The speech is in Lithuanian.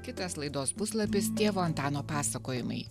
kitas laidos puslapis tėvo antano pasakojimai